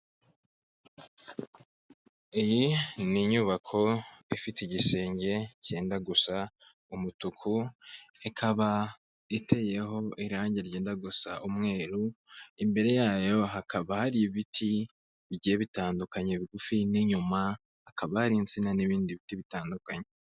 Iyi ni inyubako ifite igisenge cyenda gusa umutuku, ikaba iteyeho irangi ryenda gusa umweru. Imbere yayo hakaba hari ibiti bigiye bitandukanye bigufi n'inyuma hakaba hari insina n'ibindi biti bitandukanye.